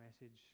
message